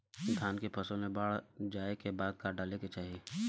धान के फ़सल मे बाढ़ जाऐं के बाद का डाले के चाही?